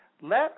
Let